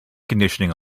conditioning